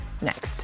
next